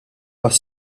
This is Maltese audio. għas